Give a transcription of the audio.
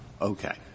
Okay